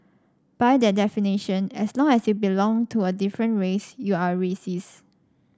by that definition as long as you belong to a different race you are racist